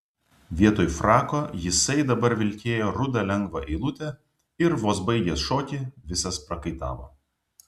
vietoj frako jisai dabar vilkėjo rudą lengvą eilutę ir vos baigęs šokį visas prakaitavo